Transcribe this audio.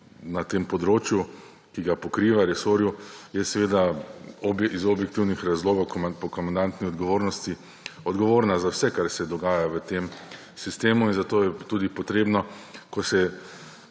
na tem področju, resorju, ki ga pokriva, je seveda iz objektivnih razlogov po komandantni odgovornosti odgovorna za vse, kar se dogaja v tem sistemu. Zato je tudi potrebno, ko se